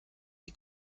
die